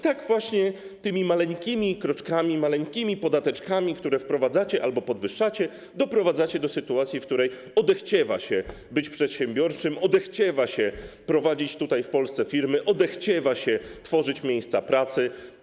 Tak właśnie, tymi maleńkimi kroczkami, maleńkimi podateczkami, które wprowadzacie albo podwyższacie, doprowadzacie do sytuacji, w której odechciewa się być przedsiębiorczym, odechciewa się prowadzić w Polsce firmy, odechciewa się tworzyć miejsca pracy.